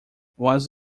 was